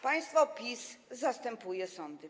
Państwo PiS zastępuje sądy.